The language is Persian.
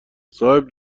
صاحب